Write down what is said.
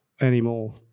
anymore